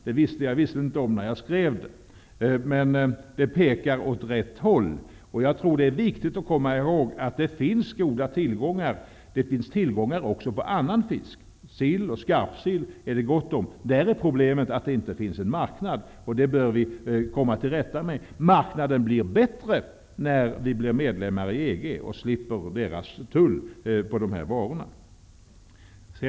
Det visste jag visserligen inte om när jag skrev, men det pekar åt rätt håll. Jag tror det är viktigt att komma ihåg att det finns goda tillgångar, också på annan fisk, t.ex. sill och skarpsill -- där är problemet att det inte finns en marknad, och det bör vi komma till rätta med. Marknaden blir bättre när vi blir medlemmar i EG och slipper EG:s tull på dessa varor.